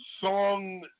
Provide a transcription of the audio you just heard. song